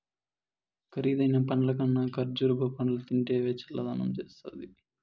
కరీదైన పండ్లకన్నా కర్బూజా పండ్లు తింటివా చల్లదనం చేస్తాది